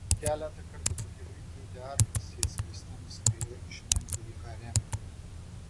keletą kartų pakeliui keitę arklius jie skriste nuskriejo iš memfio į haremą